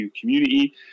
community